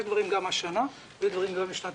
יש דברים גם השנה ויש דברים גם בשנת